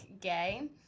gay